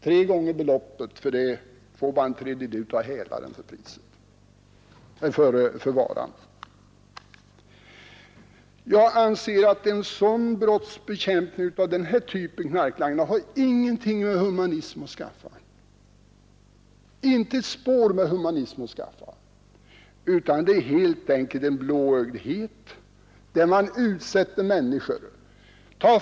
De får bara en tredjedel för varan av hälarna. Jag anser att en brottsbekämpning av denna typ inte har ett spår av humanism över sig. Det är helt enkelt fråga om en blåögdhet där man utsätter människor för tragedier.